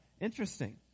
Interesting